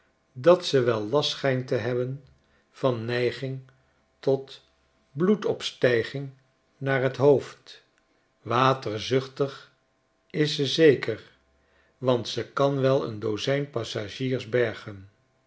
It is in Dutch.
dat ze wel last schijnt te hebben van neigingtot bloedopstijging naar t hoofd waterzuchtig is ze zeker want ze kan wel een dozijn passagiersbergen